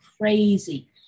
crazy